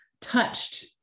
touched